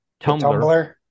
Tumblr